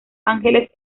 ángeles